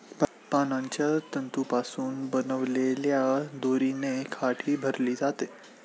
पानांच्या तंतूंपासून बनवलेल्या दोरीने खाटही भरली जाते